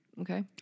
Okay